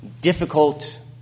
difficult